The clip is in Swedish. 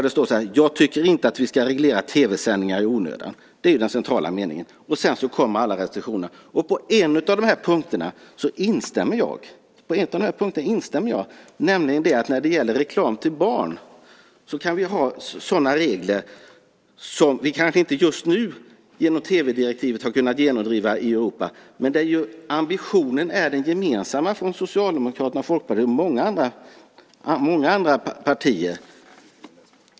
Det står så här: "Jag tycker inte att vi ska reglera tv-sändningar i onödan." Det är den centrala meningen. Sedan kommer alla restriktionerna. På en av punkterna instämmer jag. När det gäller reklam till barn kan vi ha sådana regler som vi kanske inte just nu genom tv-direktivet har kunnat genomdriva i Europa, men där ambitionen är gemensam från Socialdemokraterna, Folkpartiet och många andra partier.